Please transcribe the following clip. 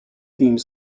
theme